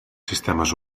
sistemes